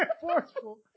forceful